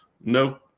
no